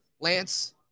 Lance